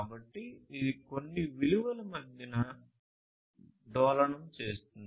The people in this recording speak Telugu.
కాబట్టి ఇది కొన్ని విలువల మధ్య డోలనం చేస్తుంది